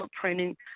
training